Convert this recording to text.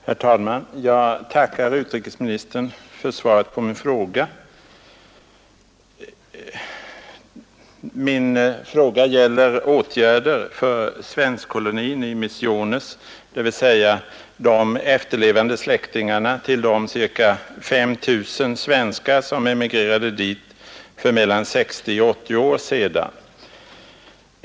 Herr talman! Jag tackar utrikesministern för svaret på min enkla fråga, som gäller åtgärder för svenskkolonin i Misiones, dvs. de efterlevande släktingarna till de ca 5 000 svenskar som emigrerade dit för mellan 60 och 80 år sedan.